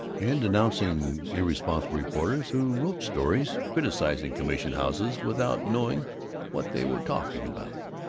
and denouncing irresponsible reporters who wrote stories criticizing commission-houses without knowing what they were talking about.